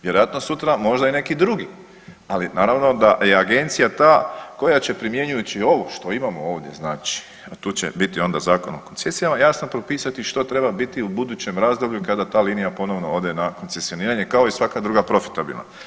Vjerojatno sutra možda i neki drugi, ali naravno da je agencija ta koja će primjenjući ovo što imamo ovdje znači a tu će biti onda Zakon o koncesijama jasno propisati što treba biti u budućem razdoblju kada ta linija ponovo ode na koncesioniranje kada i svaka druga profitabilna.